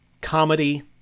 comedy